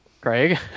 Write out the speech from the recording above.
Craig